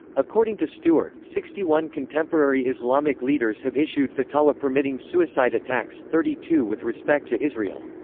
according to stuart, sixty one contemporary islamic leaders have issued fatawa permitting suicide attacks, thirty two with respect to israel.